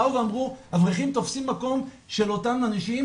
באו ואמרו "אברכים תופסים מקום של אותם אנשים,